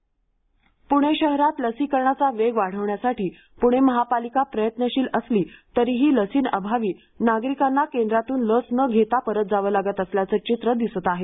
प्णे शहरात लसीकरणाचा वेग वाढवण्यासाठी प्णे महापालिका प्रयत्नशील असली तरीही लसींअभावी नागरिकांना केंद्रातून लस न घेता परत जावे लागत असल्याचे चित्र दिसत आहे